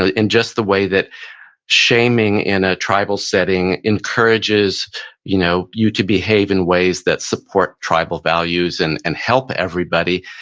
ah in just the way that shaming in a tribal setting encourages you know you to behave in ways that support tribal values and and help everybody,